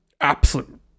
absolute